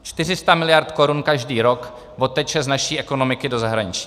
400 mld. korun každý rok odteče z naší ekonomiky do zahraničí.